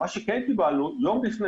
אנחנו משקללים שמונה שעות,